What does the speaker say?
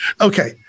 Okay